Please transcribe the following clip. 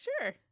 Sure